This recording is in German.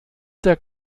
der